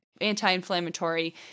anti-inflammatory